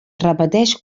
repeteix